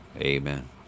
Amen